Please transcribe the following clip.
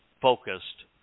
focused